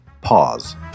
pause